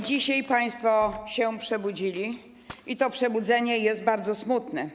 Dzisiaj państwo się przebudzili i to przebudzenie jest bardzo smutne.